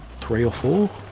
three or four,